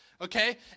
okay